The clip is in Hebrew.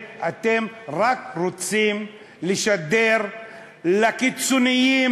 אתם רק רוצים לשדר לקיצונים,